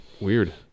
weird